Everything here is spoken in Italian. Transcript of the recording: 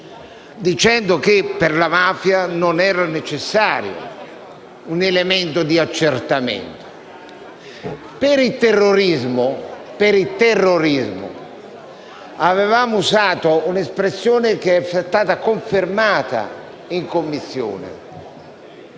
dicendo che per la mafia non era necessario un elemento di accertamento. Per il terrorismo avevamo usato un'espressione - che poi ci è stata confermata in Commissione